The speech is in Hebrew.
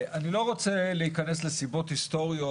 אני לא רוצה להיכנס לסיבות היסטוריות,